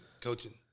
coaching